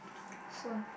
soon